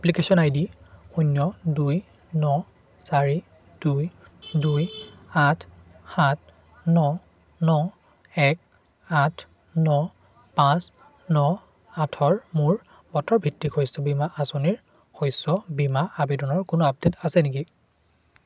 application I D শূন্য দুই ন চাৰি দুই দুই আঠ সাত ন ন এক আঠ ন পাঁচ ন আঠৰ মোৰ বতৰভিত্তিক শস্য বীমা আঁচনি শস্য বীমা আবেদনৰ কোনো আপডে'ট আছে নেকি